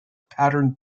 pattern